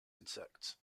insects